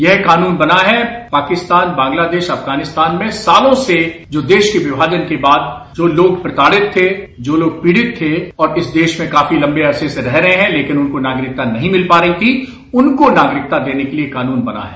यह कानून बना है पाकिस्तान बांग्लादेश अफगानिस्तान में सालों से जो देश के विभाजन के बाद जो लोग प्रताड़ित थे जो लोग पीड़ित थे ओर इस देश में काफी लम्बे अरसे से रह रहे हैं लेकिन उनको नागरिकता नहीं मिल पा रही थी उनको नागरिकता देने के लिए कानून बना है